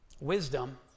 wisdom